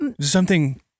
Something-